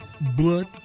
blood